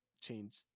change